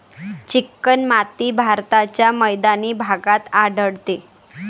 चिकणमाती भारताच्या मैदानी भागात आढळते